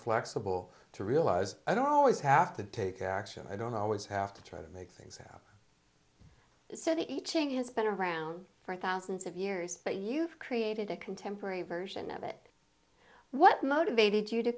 flexible to realise i don't always have to take action i don't always have to try to make things happen so the iching has been around for thousands of years but you've created a contemporary version of it what motivated you to